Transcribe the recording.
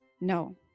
No